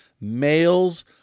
Males